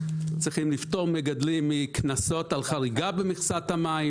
צריכים לפטור מגדלים מקנסות על חריגה במכסת המים,